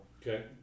Okay